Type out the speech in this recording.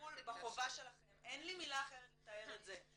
בטיפול בחובה שלכם, אין לי מילה אחרת לתאר את זה.